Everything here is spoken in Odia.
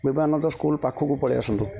ବିବେକାନନ୍ଦ ସ୍କୁଲ ପାଖକୁ ପଳାଇ ଆସନ୍ତୁ